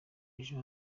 ejo